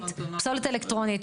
פסולת אלקטרונית,